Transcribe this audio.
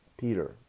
Peter